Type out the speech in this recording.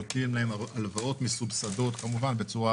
נותנים הלוואות מסובסדות - כמובן בצורה